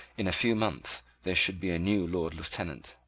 in a few months, there should be a new lord lieutenant.